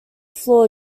floor